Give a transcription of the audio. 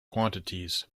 quantities